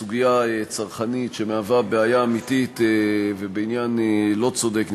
בסוגיה צרכנית שהיא בעיה אמיתית ובעניין לא צודק,